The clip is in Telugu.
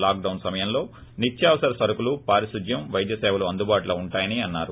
లాక్ డౌన్ సమయంలో నిత్యవసర సరకులు పారిశుద్ధ్యం వైద్య సేవలు అందుబాటులో ఉంటాయని అన్నారు